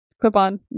clip-on